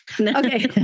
Okay